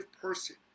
person